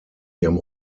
ihrem